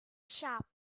shop